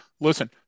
Listen